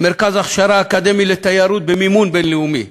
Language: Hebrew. מרכז הכשרה אקדמי לתיירות במימון בין-לאומי,